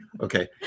Okay